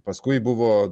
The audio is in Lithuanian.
paskui buvo